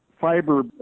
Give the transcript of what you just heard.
fiber